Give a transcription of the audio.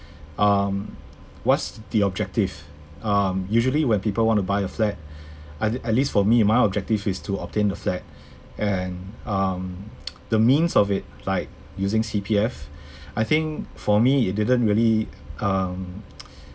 um what's the objective um usually when people want to buy a flat at at least for me my objective is to obtain the flat and um the means of it like using C_P_F I think for me it didn't really um